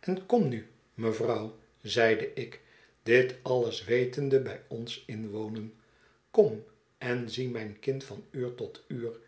en kom nu mevrouw zeide ik dit alles wetende bij ons inwonen kom en zie mijn kind van uur tot uur